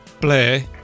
Blair